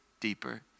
deeper